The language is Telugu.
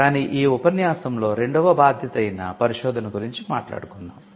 కాని ఈ ఉపన్యాసంలో రెండవ బాధ్యత అయిన పరిశోధన గురించి మాట్లాడుకుందాము